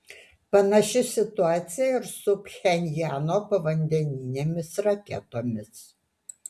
panaši situacija ir su pchenjano povandeninėmis raketomis